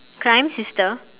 crime sister